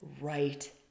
right